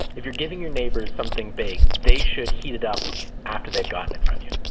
if you're giving your neighbors something baked, they should heat it up after they've gotten it from you?